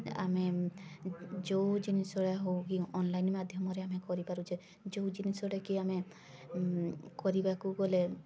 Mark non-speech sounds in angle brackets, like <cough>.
ଆମେ ଯେଉଁ ଜିନିଷ <unintelligible> ହଉ କି ଅନଲାଇନ ମାଧ୍ୟମରେ ଆମେ କରିପାରୁଛେ ଯେଉଁ ଜିନିଷଟା କି ଆମେ କରିବାକୁ ଗଲେ